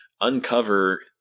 uncover